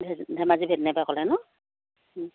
ধে ধেমাজি ভেটেনেৰী পৰা ক'লে নহ্